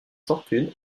fortune